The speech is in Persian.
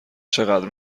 چقدر